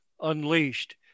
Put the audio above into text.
unleashed